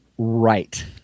Right